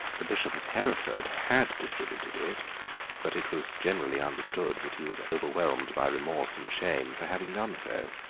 the bishop of hereford had distributed it but it was generally understood that he was overwhelmed by remorse and shame for having done so.